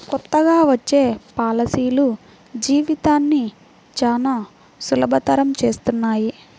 కొత్తగా వచ్చే పాలసీలు జీవితాన్ని చానా సులభతరం చేస్తున్నాయి